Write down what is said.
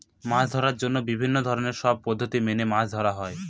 মাছ ধরার জন্য বিভিন্ন ধরনের সব পদ্ধতি মেনে মাছ ধরা হয়